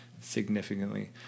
significantly